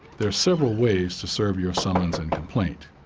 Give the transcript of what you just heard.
there are several ways to serve your summons and complaint.